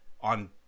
on